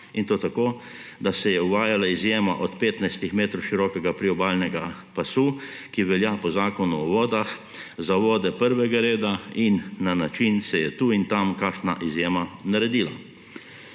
in to tako, da se je uvajala izjema od petnajstih metrov širokega priobalnega pasu, ki velja po Zakonu o vodah za vode prvega reda, in na način se je tu in tam kakšna izjema naredila.